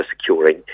securing